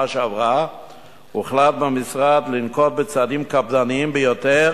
שעברה הוחלט במשרד לנקוט צעדים קפדניים ביותר